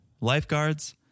Lifeguards